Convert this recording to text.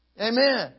Amen